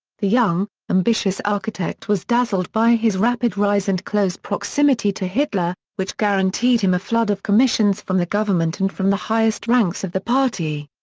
the young, ambitious architect was dazzled by his rapid rise and close proximity to hitler, which guaranteed him a flood of commissions from the government and from the highest ranks of the party.